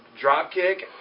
Dropkick